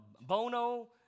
Bono